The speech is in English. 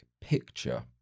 picture